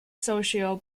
socio